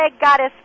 Goddess